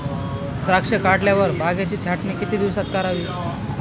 द्राक्षे काढल्यावर बागेची छाटणी किती दिवसात करावी?